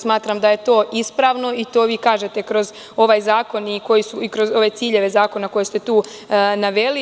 Smatram da je to ispravno i to vi kažete kroz ovaj zakon i kroz ove ciljeve zakona koje ste tu naveli.